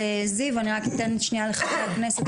קודם כול,